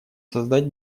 создать